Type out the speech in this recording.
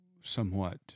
somewhat